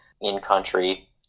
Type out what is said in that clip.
in-country